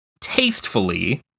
tastefully